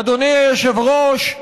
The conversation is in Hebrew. אדוני היושב-ראש,